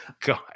God